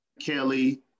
Kelly